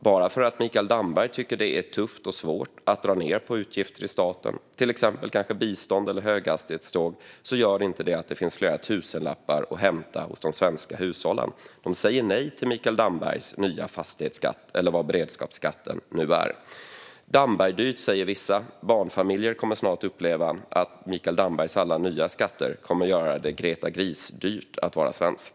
Bara för att Mikael Damberg tycker att det är tufft och svårt att dra ned på utgifter i staten, till exempel bistånd och höghastighetståg, betyder inte det att det finns flera tusenlappar att hämta hos de svenska hushållen. De säger nej till Mikael Dambergs nya fastighetsskatt, eller vad beredskapsskatten nu är. Damberg-dyrt, säger vissa. Barnfamiljer kommer snart att uppleva att Mikael Dambergs alla nya skatter kommer att göra det Greta Gris-dyrt att vara svensk.